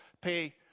pay